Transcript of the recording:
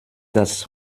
das